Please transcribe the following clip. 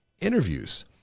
interviews